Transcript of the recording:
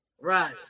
right